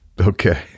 Okay